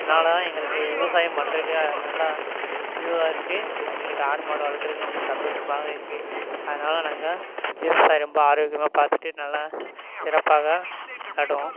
இதனால் தான் எங்களுக்கு விவசாயம் பண்ணுறதுக்கு நல்லா இதுவாக இருக்குது எங்களுக்கு ஆடு மாடு வளர்க்கிறதுக்கு ரொம்ப சந்தோஷமாக இருக்குது அதனால் நாங்கள் விவசாயம் ரொம்ப ஆரோக்கியமாக பார்த்துட்டு நல்லா சிறப்பாக விளாடுவோம்